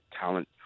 talent